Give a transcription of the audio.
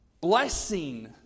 blessing